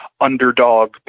underdog